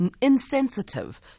insensitive